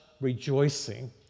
rejoicing